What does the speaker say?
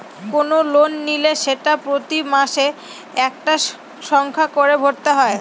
কোনো লোন নিলে সেটা প্রতি মাসে একটা সংখ্যা করে ভরতে হয়